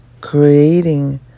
creating